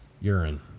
urine